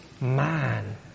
man